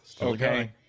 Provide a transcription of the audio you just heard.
Okay